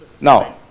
Now